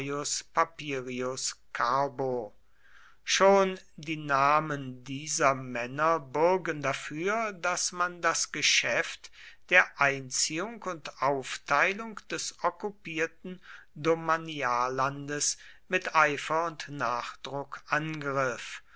papirius carbo schon die namen dieser männer bürgen dafür daß man das geschäft der einziehung und aufteilung des okkupierten domaniallandes mit eifer und nachdruck angriff